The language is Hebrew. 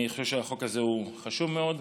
אני חושב שהחוק הזה חשוב מאוד.